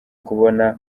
kubona